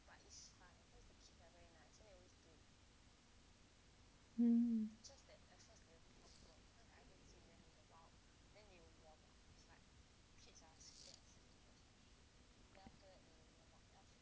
(uh huh)